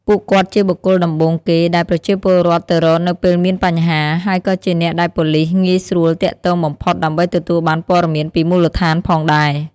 ពួកគាត់ជាបុគ្គលដំបូងគេ ដែលប្រជាពលរដ្ឋទៅរកនៅពេលមានបញ្ហា ហើយក៏ជាអ្នកដែលប៉ូលីសងាយស្រួលទាក់ទងបំផុតដើម្បីទទួលបានព័ត៌មានពីមូលដ្ឋានផងដែរ។